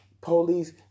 Police